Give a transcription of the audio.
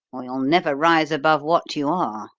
or you'll never rise above what you are.